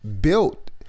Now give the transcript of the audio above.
built